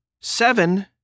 seven